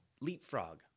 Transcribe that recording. leapfrog